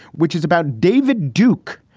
which is about david duke.